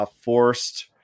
forced